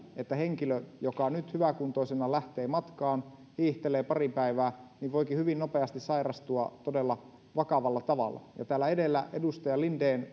että henkilö joka nyt hyväkuntoisena lähtee matkaan ja hiihtelee pari päivää voikin hyvin nopeasti sairastua todella vakavalla tavalla täällä edellä edustaja linden